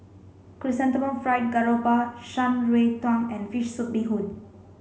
chrysanthemum fried garoupa Shan Rui Tang and fish soup bee hoon